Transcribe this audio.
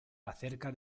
acerca